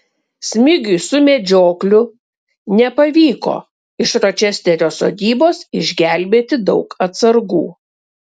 smigiui su medžiokliu nepavyko iš ročesterio sodybos išgelbėti daug atsargų